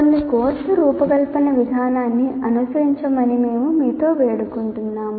కొన్ని కోర్సు రూపకల్పన విధానాన్ని అనుసరించమని మేము మీతో వేడుకుంటున్నాము